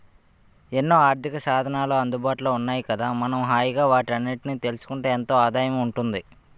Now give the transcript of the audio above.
ఎన్నో ఆర్థికసాధనాలు అందుబాటులో ఉన్నాయి కదా మనం హాయిగా వాటన్నిటినీ తెలుసుకుంటే ఎంతో ఆదాయం ఉంటుంది